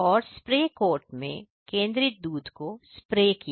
और spray cart में केंद्रित दूध को स्प्रे किया